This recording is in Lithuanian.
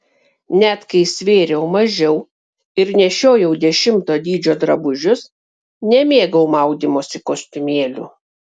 net kai svėriau mažiau ir nešiojau dešimto dydžio drabužius nemėgau maudymosi kostiumėlių